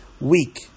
week